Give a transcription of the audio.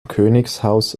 königshaus